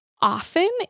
often